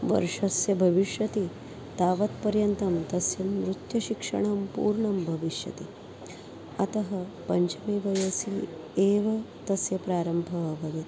वर्षस्य भविष्यति तावत्पर्यन्तं तस्य नृत्यशिक्षणं पूर्णं भविष्यति अतः पञ्चमे वयसि एव तस्य प्रारम्भः भवेत्